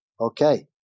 Okay